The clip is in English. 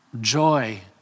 joy